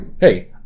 hey